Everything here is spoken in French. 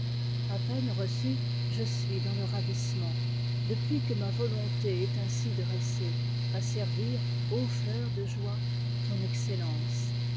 a peine reçu je suis dans le ravissement depuis que ma volonté est ainsi dressée a servir ô fleur de joie ton excellence